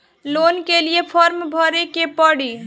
Loan के लिए form भरे के पड़ी?